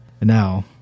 now